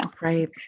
right